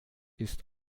ist